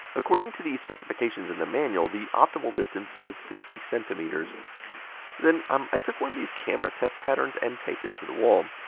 according to the specifications in the manual, the optimal distance is sixty centimeters. then um i took one of these camera test patterns and taped it to the wall.